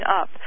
up